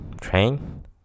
train